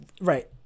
right